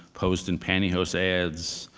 posed in pantyhose ads.